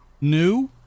new